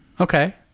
okay